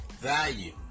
Value